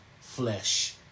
flesh